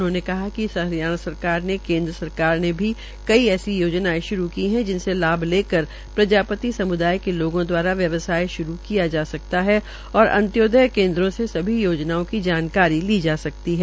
उन्होंने कहा कि हरियाणा सरकार व केन्द्र सरकार ने भी कई ऐसी योजनायें शुरू की है जिनसे लाभ लेकर प्रजापित समुदाय के लोगों दवारा व्यवसाय श्रू किया जा सकता है और अन्त्योदय केन्द्रों से सभी योजनाओं की जानकारी ली जा सकती है